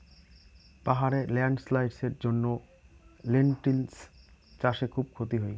পাহাড়ে ল্যান্ডস্লাইডস্ এর জন্য লেনটিল্স চাষে খুব ক্ষতি হয়